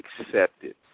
accepted